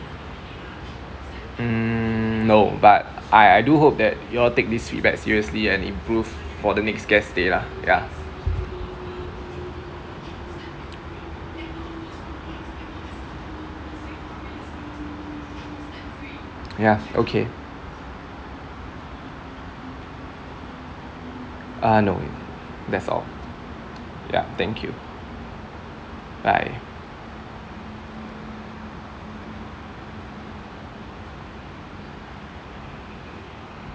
mm no but I I do hope that you all take this feedback seriously and improve for the next guest stay lah yeah yeah okay uh no that's all ya thank you bye